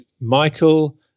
Michael